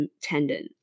tendon